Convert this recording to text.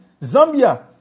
Zambia